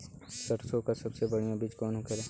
सरसों का सबसे बढ़ियां बीज कवन होखेला?